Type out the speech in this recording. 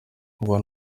nkuba